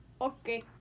okay